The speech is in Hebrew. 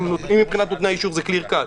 אם מבחינת נותני האישור זה clear cut,